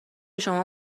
شما